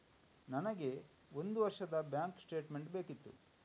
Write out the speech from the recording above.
ನನಗೆ ಒಂದು ವರ್ಷದ ಬ್ಯಾಂಕ್ ಸ್ಟೇಟ್ಮೆಂಟ್ ಬೇಕಿತ್ತು